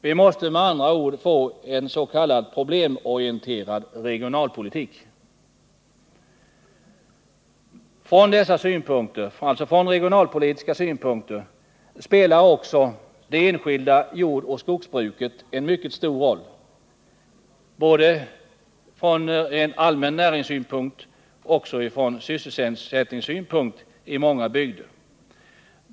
Vi måste med andra ord få en s.k. problemorienterad regionalpolitik. Också det enskilda jordoch skogsbruket spelar regionalpolitiskt en mycket stor roll i många bygder.